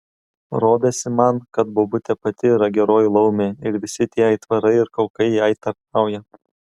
rodėsi man kad bobutė pati yra geroji laumė ir visi tie aitvarai ir kaukai jai tarnauja